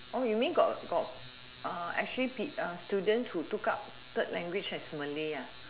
oh you mean got got uh actually pe~ students who took up third language as malay ah